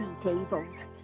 tables